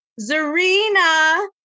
Zarina